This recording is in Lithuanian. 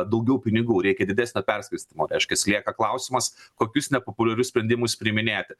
daugiau pinigų reikia didesnio perskirstymo reiškias lieka klausimas kokius nepopuliarius sprendimus priiminėti